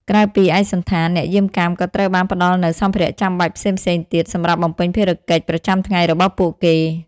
ក្រៅពីឯកសណ្ឋាន អ្នកយាមកាមក៏ត្រូវបានផ្តល់នូវ សម្ភារៈចាំបាច់ផ្សេងៗទៀត សម្រាប់បំពេញភារកិច្ចប្រចាំថ្ងៃរបស់ពួកគេ។